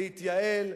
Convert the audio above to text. להתייעל,